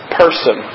person